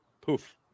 Poof